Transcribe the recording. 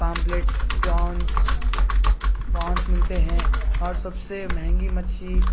pomfret prawns prawns ملتے ہیں اور سب سے مہنگی مچھلی